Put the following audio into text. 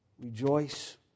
rejoice